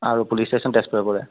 আৰু police station তেজপুৰেই পৰে